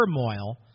turmoil